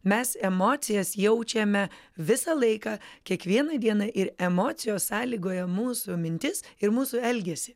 mes emocijas jaučiame visą laiką kiekvieną dieną ir emocijos sąlygoja mūsų mintis ir mūsų elgesį